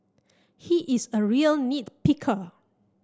he is a real nit picker